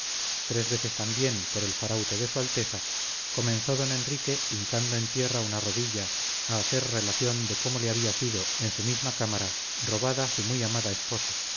tres veces también por el faraute de su alteza comenzó don enrique hincando en tierra una rodilla a hacer relación de cómo le había sido en su misma cámara robada su muy amada esposa